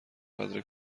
قدر